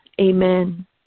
Amen